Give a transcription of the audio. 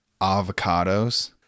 avocados